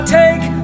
take